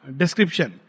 description